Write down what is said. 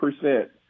percent